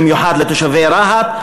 במיוחד לתושבי רהט,